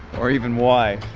or even why,